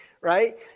right